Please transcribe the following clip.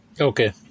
okay